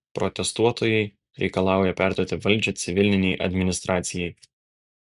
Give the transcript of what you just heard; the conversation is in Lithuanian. protestuotojai reikalauja perduoti valdžią civilinei administracijai